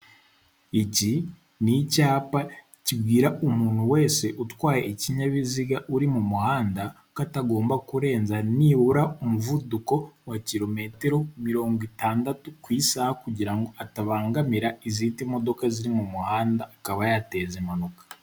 Iki ni icyapa kibwira umuntu wese utwaye ikinyabiziga uri mu muhanda ko atagomba kurenza nibura umuvuduko wa kilometero mirongo itandatu ku isaha kugira ngo atabangamira izindi modoka ziri mu muhanda, akaba yateza impanuka.